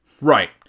Right